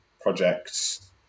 projects